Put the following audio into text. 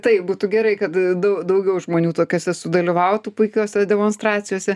taip būtų gerai kad dau daugiau žmonių tokiose sudalyvautų puikiose demonstracijose